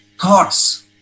thoughts